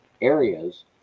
areas